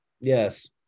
Yes